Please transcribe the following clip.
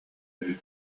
үһү